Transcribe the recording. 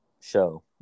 show